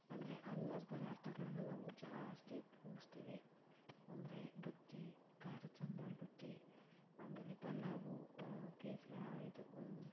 ಅಂದರೆ ಅನ್ನದ ಪದಾರ್ಥಗಳನ್ನು ನಾವು ಜಾಸ್ತಿ ಉಪಯೋಗ್ಸ್ತೀವಿ ಅಂದರೆ ಬುತ್ತಿ ಖಾರದ ಸಾಂಬಾರು ಬುತ್ತಿ ಆಮೇಲೆ ಪಲಾವು ಕೇಸ ಇದು